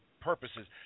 purposes